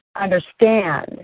understand